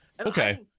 Okay